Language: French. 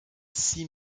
six